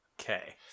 Okay